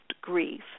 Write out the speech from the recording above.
grief